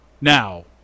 Now